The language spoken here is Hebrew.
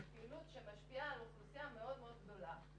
זו פעילות שמשפיעה על אוכלוסייה מאוד מאוד גדולה,